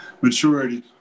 Maturity